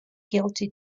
guilty